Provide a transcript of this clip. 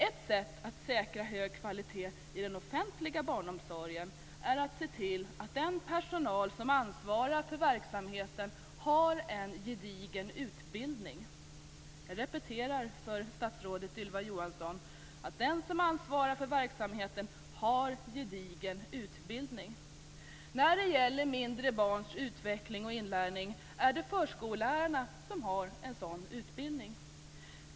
Ett sätt att säkra hög kvalitet i den offentliga barnomsorgen är att se till att den personal som ansvarar för verksamheten har en gedigen utbildning. Jag repeterar för statsrådet Ylva Johansson: den som ansvarar för verksamheten har gedigen utbildning. När det gäller mindre barns utveckling och inlärning är det förskollärarna som har en sådan utbildning.